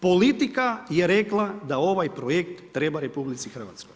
Politika je rekla da ovaj projekt treba RH.